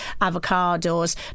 avocados